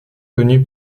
connue